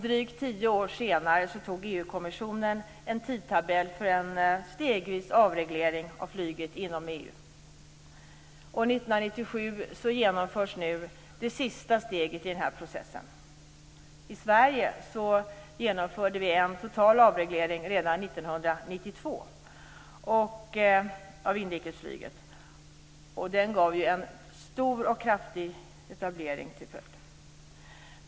Drygt tio år senare antog EU-kommissionen en tidtabell för en stegvis avreglering av flyget inom EU. Nu, 1997, genomförs det sista steget i denna process. I Sverige genomfördes en total avreglering av inrikesflyget redan 1992. Det fick en stor etablering som följd.